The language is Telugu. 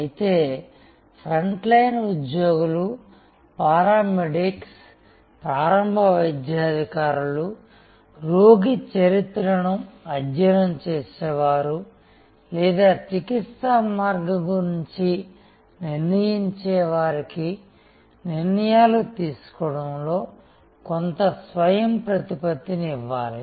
అయితే ఫ్రంట్లైన్ ఉద్యోగులు పారామెడిక్స్ ప్రారంభ వైద్య అధికారులు రోగి చరిత్రను అధ్యయనం చేసేవారు లేదా చికిత్సా మార్గం గురించి నిర్ణయించేవారికి నిర్ణయాలు తీసుకోవడంలో కొంత స్వయంప్రతిపత్తిని ఇవ్వాలి